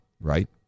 right